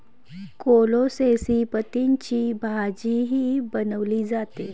कोलोसेसी पतींची भाजीही बनवली जाते